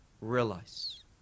realize